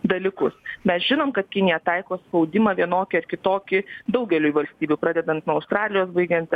dalykus mes žinom kad kinija taiko spaudimą vienokį ar kitokį daugeliui valstybių pradedant nuo australijos baigiant